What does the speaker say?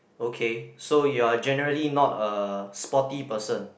okay so you are generally not a sporty person